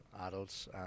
adults